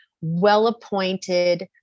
well-appointed